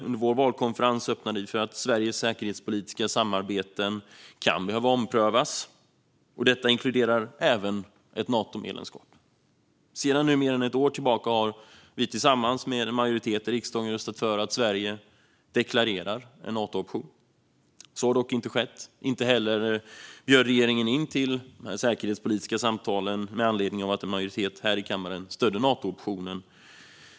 Under vår valkonferens i helgen öppnade vi för att Sveriges säkerhetspolitiska samarbeten kan behöva omprövas, och detta inkluderar även ett Natomedlemskap. Sedan mer än ett år tillbaka har vi tillsammans med en majoritet i riksdagen röstat för att Sverige deklarerar en Natooption. Så har dock inte skett. Inte heller bjöd regeringen in till säkerhetspolitiska samtal med anledning av att en majoritet här i kammaren stödde Natooptionen.